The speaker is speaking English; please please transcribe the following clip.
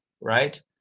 right